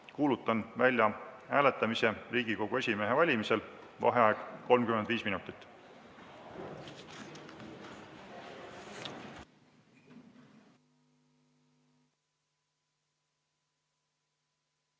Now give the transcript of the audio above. Kuulutan välja hääletamise Riigikogu esimehe valimisel. Vaheaeg 35 minutit.